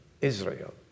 Israel